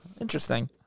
Interesting